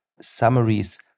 summaries